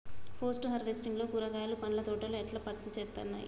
Post harvesting లో కూరగాయలు పండ్ల తోటలు ఎట్లా పనిచేత్తనయ్?